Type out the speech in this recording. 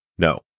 No